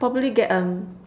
probably get a